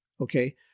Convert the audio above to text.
okay